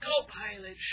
Co-pilot